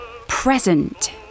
present